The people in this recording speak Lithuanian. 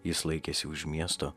jis laikėsi už miesto